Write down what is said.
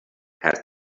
had